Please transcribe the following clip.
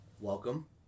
welcome